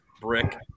brick